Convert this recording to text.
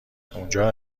اونجا